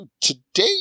Today